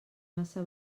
massa